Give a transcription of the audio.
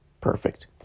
Perfect